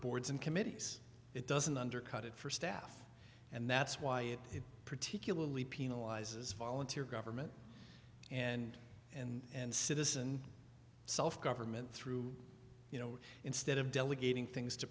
boards and committees it doesn't undercut it for staff and that's why it particularly penalizes volunteer government and and citizen self government through you know instead of delegating things to